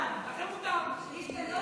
את לא שמעת, לי זה השתמע.